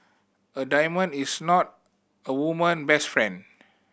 a diamond is not a woman best friend